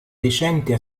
decente